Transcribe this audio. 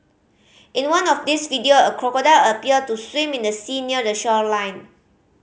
in one of these video a crocodile appear to swim in the sea near the shoreline